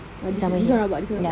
ah this [one] about this [one]